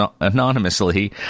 anonymously